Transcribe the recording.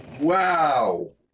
Wow